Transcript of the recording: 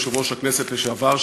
יושב-ראש הכנסת לשעבר,